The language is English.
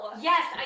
Yes